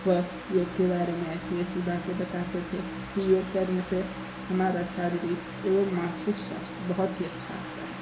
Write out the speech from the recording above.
वह योग के बारे में ऐसी ऐसी बातें बताते थे कि योग करने से हमारा शारीरिक एवं मानसिक स्वास्थ्य बहुत ही अच्छा रहता है